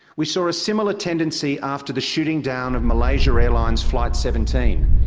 we saw a similar tendency after the shooting down of malaysia airlines flight seventeen,